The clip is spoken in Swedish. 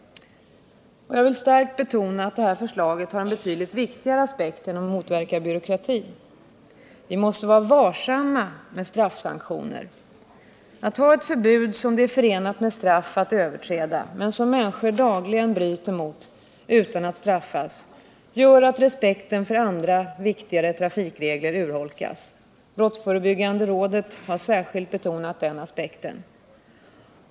Jag vill starkt betona att det här förslaget har en betydligt viktigare aspekt än att motverka byråkrati. Vi måste vara varsamma med straffsanktioner. Att ha ett förbud som det är förenat med straff att överträda men som människor dagligen bryter mot utan att straffas gör att respekten för andra och viktigare trafikregler urholkas. Brottsförebyggande rådet har särskilt betonat den aspekten.